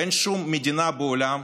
ואין שום מדינה בעולם,